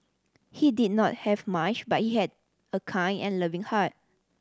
he did not have much but he had a kind and loving heart